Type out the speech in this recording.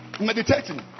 Meditating